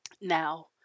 Now